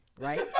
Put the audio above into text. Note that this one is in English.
Right